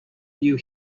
you